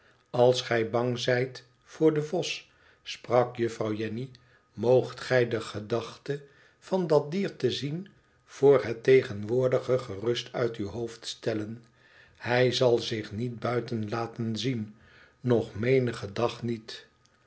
als gij bang zijt voor den vos sprak jufouw jenny moogt gij de gedachte van dat dier te zien voor het tegenwoordige gerust uit uw hoofd stellen hij zal zich niet buiten laten zien nog menigen dag niet